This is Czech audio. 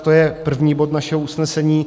To je první bod našeho usnesení.